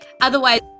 Otherwise